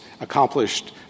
accomplished